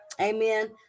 Amen